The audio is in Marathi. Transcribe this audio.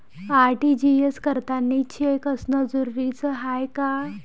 आर.टी.जी.एस करतांनी चेक असनं जरुरीच हाय का?